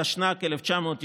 התשנ"ג 1993,